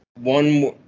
one